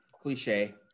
cliche